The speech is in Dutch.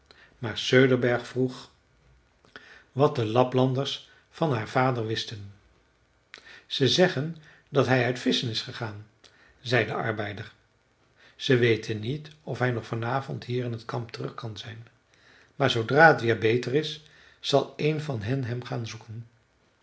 maar söderberg vroeg wat de laplanders van haar vader wisten ze zeggen dat hij uit visschen is gegaan zei de arbeider ze weten niet of hij nog vanavond hier in t kamp terug kan zijn maar zoodra t weer beter is zal een van hen hem gaan zoeken